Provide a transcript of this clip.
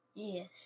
Yes